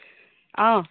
অ